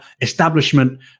establishment